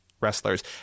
wrestlers